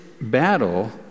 battle